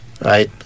Right